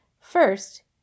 First